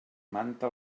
manta